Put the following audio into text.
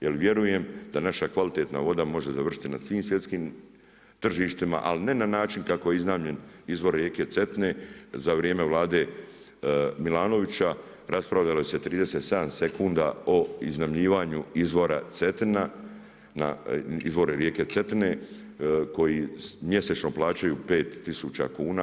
Jer vjerujem da naša kvalitetna voda može završiti na svim svjetskim tržištima, ali ne na način kako je iznajmljen izvor rijeke Cetine za vrijeme vlade Milanovića raspravljalo se 37 sekunda o iznajmljivanju izvora Cetina, na izvoru rijeke Cetine koji mjesečno plaćaju 5000 kuna.